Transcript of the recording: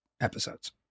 episodes